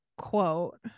quote